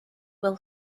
will